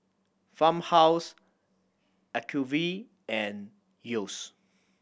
Farmhouse Acuvue and Yeo's